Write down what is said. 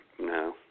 No